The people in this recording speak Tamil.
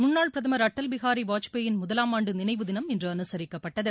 முன்னாள் பிரதமர் அடல் பிகாரி வாஜ்பேயிள் முதலாமாண்டு நினைவு தினம் இன்று அனுசரிக்கப்பட்டது